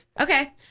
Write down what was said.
Okay